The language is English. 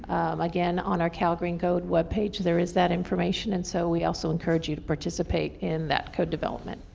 again, on our calgreen code webpage, there is that information, and so we also encourage you to participate in that code development.